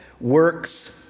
works